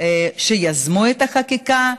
שיזמו את החקיקה.